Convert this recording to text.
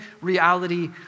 reality